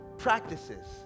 practices